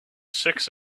six